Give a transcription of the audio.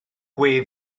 gwe